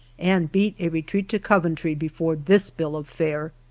and beat a retreat to coventry before this bill of fare.